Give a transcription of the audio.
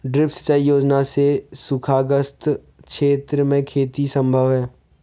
drip सिंचाई योजना से सूखाग्रस्त क्षेत्र में खेती सम्भव है